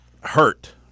hurt